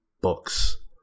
books